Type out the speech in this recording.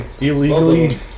Illegally